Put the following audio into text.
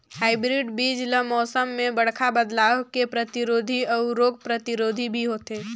hybrid बीज ल मौसम में बड़खा बदलाव के प्रतिरोधी अऊ रोग प्रतिरोधी भी होथे